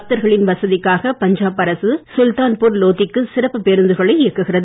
பக்தர்களின் வசதிக்காக பஞ்சாப் அரசு சுல்தான் பூர் லோதிக்கு சிறப்பு பேருந்துகளை இயக்குகிறது